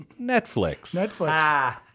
Netflix